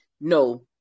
no